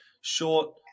short